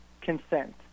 consent